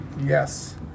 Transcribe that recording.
Yes